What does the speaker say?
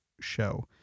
show